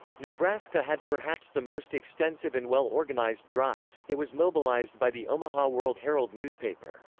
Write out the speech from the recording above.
nebraska had perhaps the most extensive and well-organized drives it was mobilized by the omaha world herald newspaper.